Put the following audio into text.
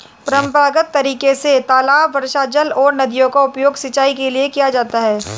परम्परागत तरीके से तालाब, वर्षाजल और नदियों का उपयोग सिंचाई के लिए किया जाता है